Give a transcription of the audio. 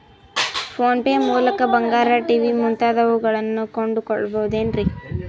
Phone pay ಮೂಲಕ ಬಂಗಾರ, TV ಮುಂತಾದವುಗಳನ್ನ ಕೊಂಡು ಕೊಳ್ಳಬಹುದೇನ್ರಿ?